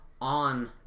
on